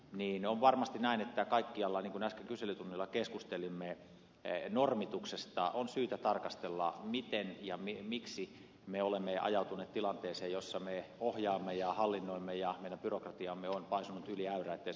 on varmasti näin että kaikkialla niin kuin äsken kyselytunnilla keskustelimme normituksesta on syytä tarkastella miten ja miksi me olemme ajautuneet tilanteeseen jossa me ohjaamme ja hallinnoimme ja meidän byrokratiamme on paisunut yli äyräittensä